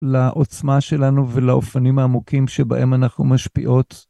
לעוצמה שלנו ולאופנים העמוקים שבהם אנחנו משפיעות.